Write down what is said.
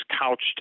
couched